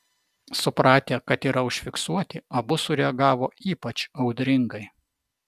supratę kad yra užfiksuoti abu sureagavo ypač audringai